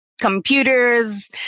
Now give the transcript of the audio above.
computers